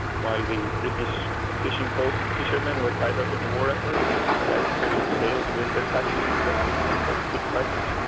while the british fishing boats and fishermen were tied up in the war effort, the icelanders sailed with their catches to britain, and got good prices.